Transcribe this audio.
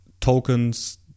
tokens